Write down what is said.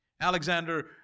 Alexander